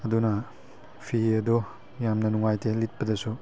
ꯑꯗꯨꯅ ꯐꯤ ꯑꯗꯨ ꯌꯥꯝꯅ ꯅꯨꯡꯉꯥꯏꯇꯦ ꯂꯤꯠꯄꯗꯁꯨ